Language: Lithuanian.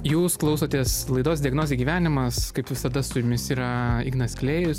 jūs klausotės laidos diagnozė gyvenimas kaip visada su jumis yra ignas klėjus